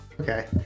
Okay